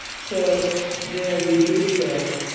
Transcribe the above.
so there are deep roots there.